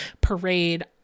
parade